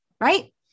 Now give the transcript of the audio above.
right